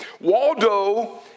Waldo